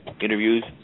interviews